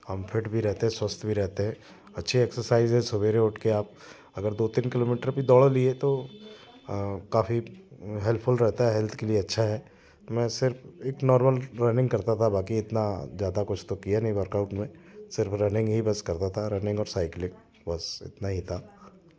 हम फिट भी रहते हैं स्वस्थ भी रहते हैं अच्छी एक्सरसाइज़ है सबेरे उठ के आप अगर दो तीन किलोमीटर भी दौड़ लिए तो काफ़ी हेल्पफुल रहता है हेल्थ के लिए अच्छा है मैं सिर्फ एक नॉर्मल रनिंग करता था बाकी इतना ज़्यादा कुछ तो किया नहीं वर्कआउट में सिर्फ रनिंग ही बस करता था रनिंग और साइक्लिंग बस इतना ही था